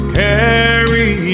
carry